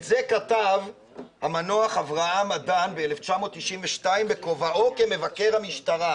את זה כתב המנוח אברהם אדן ב-1992 בכובעו כמבקר המשטרה.